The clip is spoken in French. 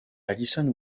alison